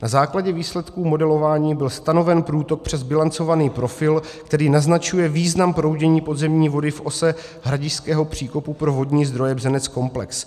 Na základě výsledků modelování byl stanoven průtok přes bilancovaný profil, který naznačuje význam proudění podzemní vody v ose hradišťského příkopu pro vodní zdroje Bzeneckomplex.